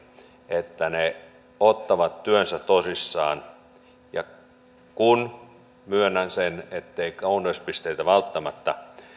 että ne ottavat työnsä tosissaan kun myönnän sen ettei kauneuspisteitä välttämättä